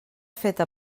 feta